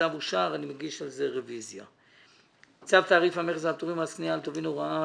הצבעה בעד פה אחד צו תעריף המכס והפטורים ומס קנייה על טובין (הוראת